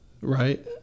right